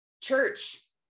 church